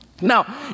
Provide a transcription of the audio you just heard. Now